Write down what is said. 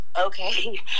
okay